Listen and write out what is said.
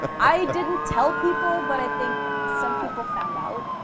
and i didn't tell people, but i think some people found out.